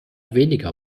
weniger